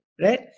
right